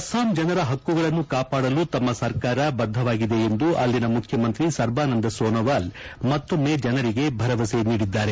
ಅಸ್ಲಾಂ ಜನರ ಪಕ್ಕುಗಳನ್ನು ಕಾಪಾಡಲು ತಮ್ಮ ಸರ್ಕಾರ ಬದ್ದವಾಗಿದೆ ಎಂದು ಅಲ್ಲಿನ ಮುಖ್ಯಮಂತ್ರಿ ಸರ್ಬಾನಂದ್ ಸೊನೋವಾಲ್ ಮತ್ತೊಮ್ನೆ ಜನರಿಗೆ ಭರವಸೆ ನೀಡಿದ್ದಾರೆ